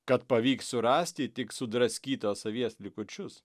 kad pavyks surasti tik sudraskytos avies likučius